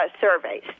surveys